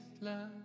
love